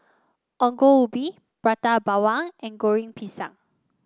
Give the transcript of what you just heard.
Ongol Ubi Prata Bawang and Goreng Pisang